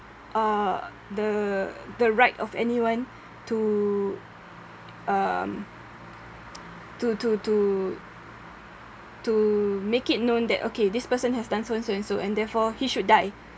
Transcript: uh the the right of anyone to um to to to to make it known that okay this person has done so and so and so and therefore he should die